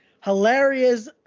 hilarious